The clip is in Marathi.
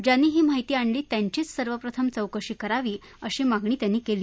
ज्यांनी ही माहिती आणली त्यांचीच सर्वप्रथम चौकशी करावी अशी मागणी त्यांनी केली